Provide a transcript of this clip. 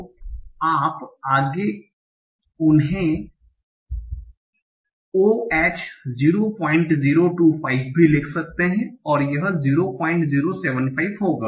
तो आप आगे उन्हें oh 0025 भी लिख सकते हैं और यह 0075 होगा